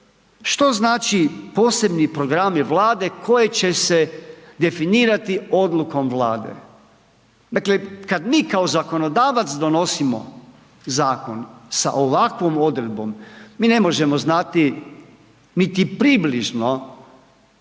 Što znači posebni programi Vlade koji će se definirati odlukom Vlade. Dakle kada mi kao zakonodavac donosimo zakon sa ovakvom odredbom mi ne možemo znati niti približno